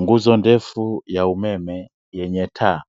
Nguzo ndefu ya umeme yenye taa,